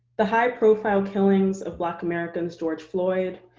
the high profile killings of black americans george floyd,